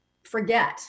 forget